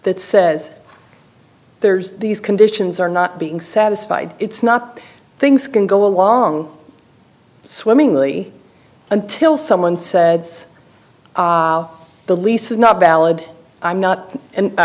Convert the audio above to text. that says there's these conditions are not being satisfied it's not things can go along swimmingly until someone said the lease is not valid i'm not an